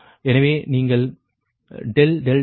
எனவே நீங்கள் ∆2என்பது 1